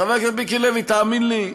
חבר הכנסת מיקי לוי, תאמין לי,